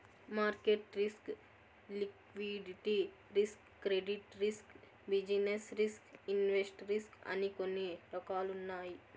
market risk liquidity risk credit risk business risk invest risk అని కొన్ని రకాలున్నాయి